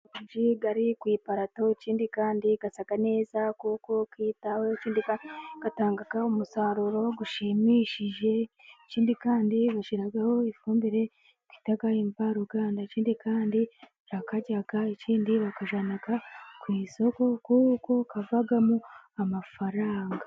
Amaronji ari mu iparato ikindi kandi asa neza, kuko yitaweho ikindi kandi atanga umusaruro ushimishije, ikindi kandi bashyiraho ifumbire bita imvaruganda, ikindi kandi barayarya ikindi bayajyana ku isoko, kuko avamo amafaranga.